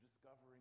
discovering